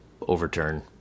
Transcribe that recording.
overturn